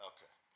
Okay